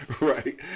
Right